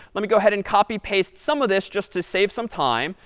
let me go ahead and copy paste some of this just to save some time.